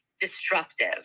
destructive